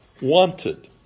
wanted